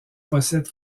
possède